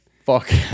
Fuck